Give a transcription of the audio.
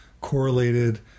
correlated